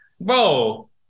bro